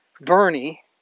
Bernie